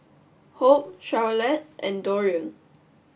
hope Charolette and Dorian